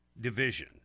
division